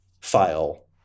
file